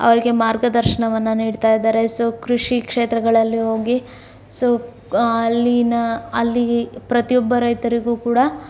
ಅವರಿಗೆ ಮಾರ್ಗದರ್ಶನವನ್ನು ನೀಡ್ತಾ ಇದ್ದಾರೆ ಸೋ ಕೃಷಿ ಕ್ಷೇತ್ರಗಳಲ್ಲೂ ಹೋಗಿ ಸೋ ಅಲ್ಲಿನ ಅಲ್ಲಿ ಪ್ರತಿಯೊಬ್ಬ ರೈತರಿಗೂ ಕೂಡ